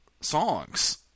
songs